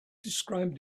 described